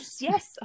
yes